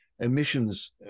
Emissions